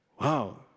wow